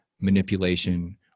manipulation